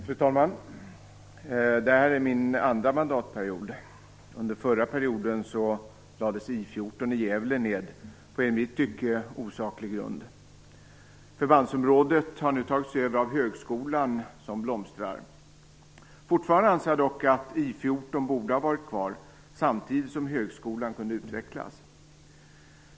Fru talman! Detta är min andra mandatperiod. Under förra perioden lades I 14 i Gävle ned på en i mitt tycke osaklig grund. Förbandsområdet har nu tagits över av högskolan, som blomstrar. Fortfarande anser jag dock att I 14 borde ha varit kvar, samtidigt som högskolan kunde utvecklas.